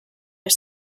are